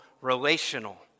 relational